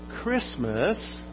Christmas